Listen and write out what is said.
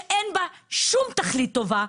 שאין בה שום תכלית טובה,